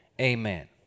amen